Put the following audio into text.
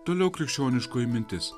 toliau krikščioniškoji mintis